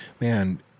man